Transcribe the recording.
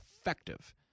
effective